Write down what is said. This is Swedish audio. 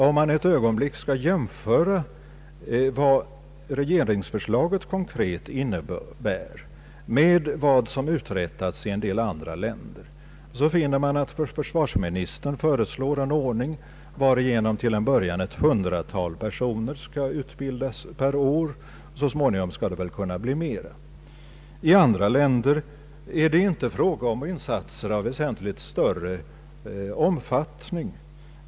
Om man ett ögonblick skall jämföra vad regeringsförslaget konkret innebär med vad som förekommer i en del andra länder finner man att försvarsministern föreslår en ordning varigenom till en början ett hundratal personer per år skall utbildas. Så småningom kan det bli fler. I andra länder är det inte fråga om insatser av väsentligt större omfattning.